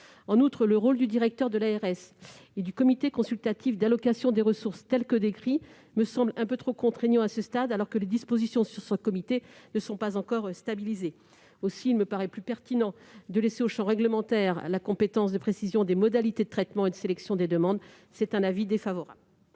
En outre, les rôles du directeur de l'ARS et du comité consultatif d'allocation des ressources tels qu'ils apparaissent dans cet amendement me semblent trop contraignants, alors que les dispositions concernant ledit comité ne sont pas encore stabilisées. Aussi, il me paraît plus pertinent de laisser au champ réglementaire la compétence de précision des modalités de traitement et de sélection des demandes. L'avis est donc défavorable.